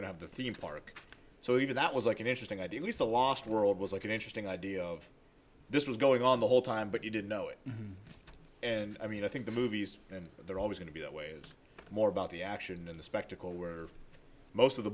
have the theme park so you know that was like an interesting idea was the last world was like an interesting idea of this was going on the whole time but you didn't know it and i mean i think the movies and they're always going to be that way more about the action and the spectacle where most of the